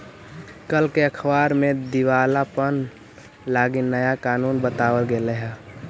कल के अखबार में दिवालापन लागी नया कानून बताबल गेलई हे